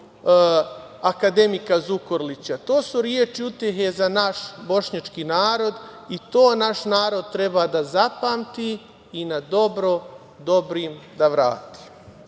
akademika Zukorlića, to su reči utehe za naš bošnjački narod i to naš narod treba da zapamti i dobro dobrim da vrati. Što